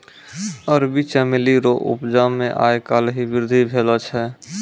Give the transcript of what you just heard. अरबी चमेली रो उपजा मे आय काल्हि वृद्धि भेलो छै